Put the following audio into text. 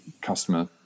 customer